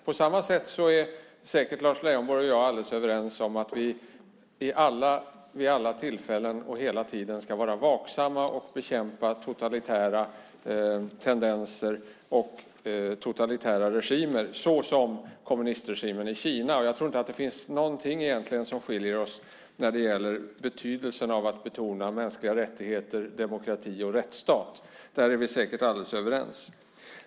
På samma sätt är säkert Lars Leijonborg och jag alldeles överens om att vi vid alla tillfällen och hela tiden ska vara vaksamma mot och bekämpa totalitära tendenser och totalitära regimer såsom kommunistregimen i Kina. Jag tror egentligen inte att det finns någonting som skiljer oss när det gäller betydelsen av att betona mänskliga rättigheter, demokrati och rättsstat. Där är vi säkert överens.